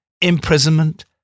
imprisonment